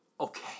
okay